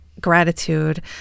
gratitude